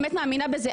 בנוסף,